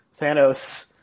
Thanos